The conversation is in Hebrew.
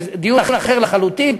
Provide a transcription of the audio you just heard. זה דיון אחר לחלוטין.